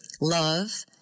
love